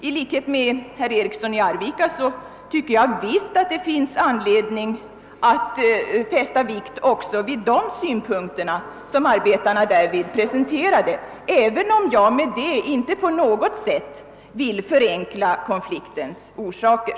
I likhet med herr Eriksson i Arvika tycker jag att det finns anledning att fästa vikt också vid de synpunkter som arbetarna därvid anförde, även om jag därmed inte på något sätt vill förenkla frågan om konfliktens orsaker.